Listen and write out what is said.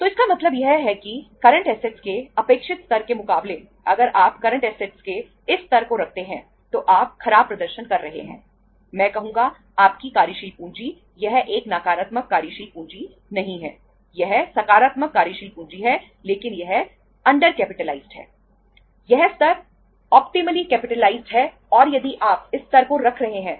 तो इसका मतलब यह है कि करंट ऐसेटस का स्तर 200 रख रहे हैं